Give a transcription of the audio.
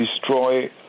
destroy